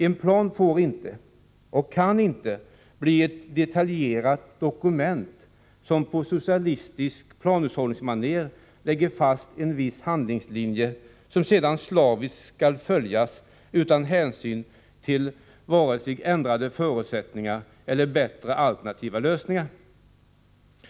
En plan får inte — och kan inte — bli ett detaljerat dokument som på socialistiskt planhushållningsmanér lägger fast en viss handlingslinje, som sedan slaviskt skall följas utan hänsyn till vare sig ändrade förutsättningar eller bättre alternativa lösningar.